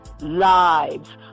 lives